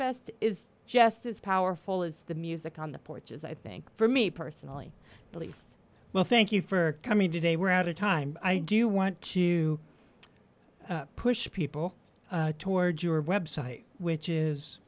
best is just as powerful as the music on the porch is i think for me personally belief well thank you for coming today we're out of time i do want to push people towards your website which is